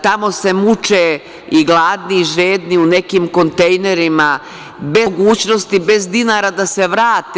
Tamo se muče, i gladni i žedni u nekim kontejnerima, bez mogućnosti, bez dinara da se vrate.